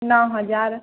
नओ हजार